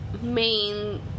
main